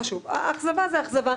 לא חשוב, אכזבה זו אכזבה.